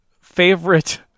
Favorite